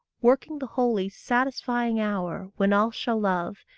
working the holy, satisfying hour, when all shall love,